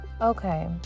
okay